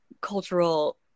cultural